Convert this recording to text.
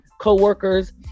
co-workers